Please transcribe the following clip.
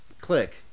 click